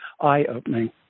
eye-opening